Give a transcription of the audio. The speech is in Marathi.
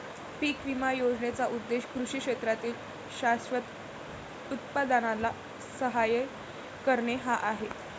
पीक विमा योजनेचा उद्देश कृषी क्षेत्रातील शाश्वत उत्पादनाला सहाय्य करणे हा आहे